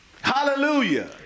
Hallelujah